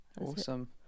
awesome